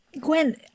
Gwen